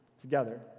together